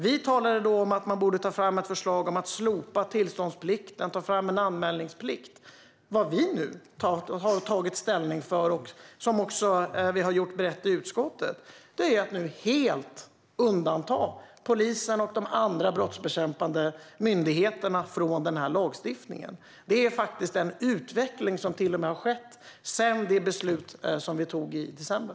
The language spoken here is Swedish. Vi talade då om att ta fram ett förslag om att slopa tillståndsplikt och ta fram en anmälningsplikt. Det utskottet har berett och tagit ställning för är att helt undanta polisen och de andra brottsbekämpande myndigheterna i lagstiftningen. Det är en utveckling som har skett sedan beslutet i december.